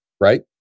right